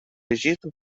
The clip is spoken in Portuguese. egito